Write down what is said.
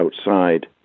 outside